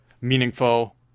meaningful